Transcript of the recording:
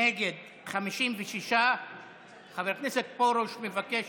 נגד, 56. חבר הכנסת פרוש מבקש